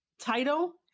title